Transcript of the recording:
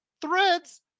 Threads